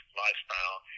lifestyle